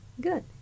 Good